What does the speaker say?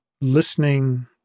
Listening